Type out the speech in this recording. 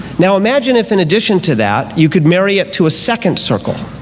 now imagine if in addition to that you could marry it to a second circle